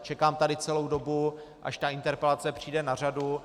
Čekám tady celou dobu, až ta interpelace přijde na řadu.